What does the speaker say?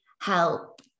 help